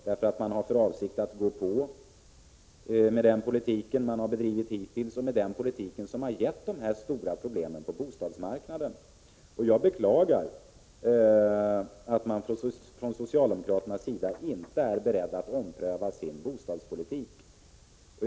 De har för avsikt att fortsätta med den politik som de har bedrivit hittills och som har medfört de stora problemen på bostadsmarknaden. Jag beklagar att socialdemokraterna inte är beredda att ompröva sin bostadspolitik.